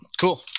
cool